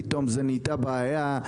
פתאום זו נהייתה בעיה.